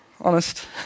honest